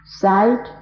sight